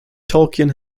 tolkien